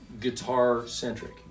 guitar-centric